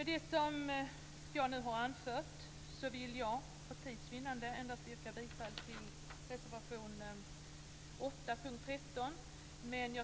Med det jag nu anfört vill jag för tids vinnande yrka bifall endast till reservation 8 under mom. 13.